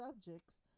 subjects